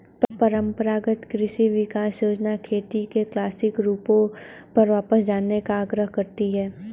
परम्परागत कृषि विकास योजना खेती के क्लासिक रूपों पर वापस जाने का आग्रह करती है